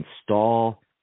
install